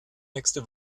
nächste